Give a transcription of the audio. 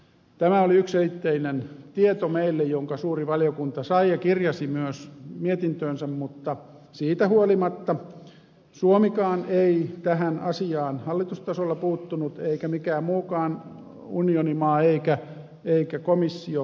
tämä oli yksiselitteinen tieto meille jonka suuri valiokunta sai ja kirjasi myös mietintöönsä mutta siitä huolimatta suomikaan ei tähän asiaan hallitustasolla puuttunut eikä mikään muukaan unionimaa eikä komissio